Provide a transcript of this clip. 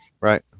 Right